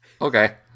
Okay